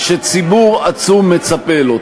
שציבור עצום מצפה לו.